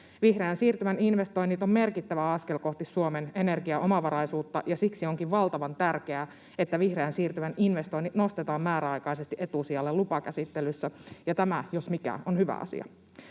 Vihreän siirtymän investoinnit ovat merkittävä askel kohti Suomen energiaomavaraisuutta. Siksi onkin valtavan tärkeää, että vihreän siirtymän investoinnit nostetaan määräaikaisesti etusijalle lupakäsittelyssä, ja tämä jos mikä on hyvä asia.